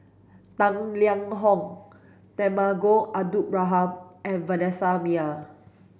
Tang Liang Hong Temenggong Abdul Rahman and Vanessa Mae